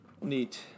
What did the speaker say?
Neat